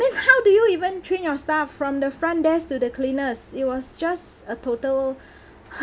how do you even train your staff from the front desk to the cleaners it was just a total